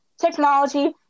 technology